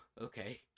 okay